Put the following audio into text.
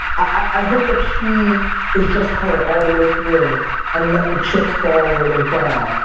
i hope that she is just her all the way through and let the chips fall where they fall.